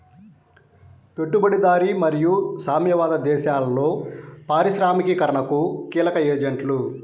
పెట్టుబడిదారీ మరియు సామ్యవాద దేశాలలో పారిశ్రామికీకరణకు కీలక ఏజెంట్లు